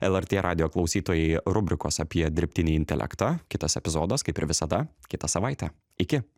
lrt radijo klausytojai rubrikos apie dirbtinį intelektą kitas epizodas kaip ir visada kitą savaitę iki